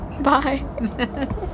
Bye